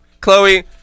Chloe